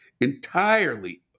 entirely